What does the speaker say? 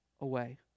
away